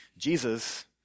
Jesus